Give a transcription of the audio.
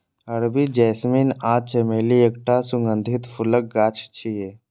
अरबी जैस्मीन या चमेली एकटा सुगंधित फूलक गाछ छियै